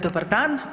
Dobar dan.